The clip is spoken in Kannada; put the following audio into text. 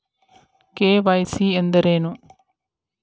ಕೆ.ವೈ.ಸಿ ಎಂದರೇನು?